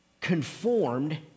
conformed